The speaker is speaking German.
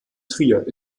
trier